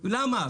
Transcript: למה?